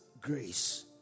grace